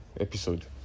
episode